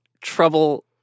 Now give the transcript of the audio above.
trouble